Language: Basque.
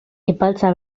epaltza